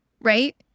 right